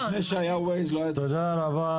לפני שהיה WAZE לא הייתה דרישה --- תודה רבה,